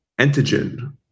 antigen